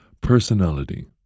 personality